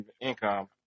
income